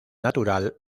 natural